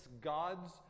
God's